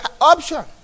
option